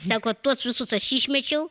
sako tuos visus aš išmečiau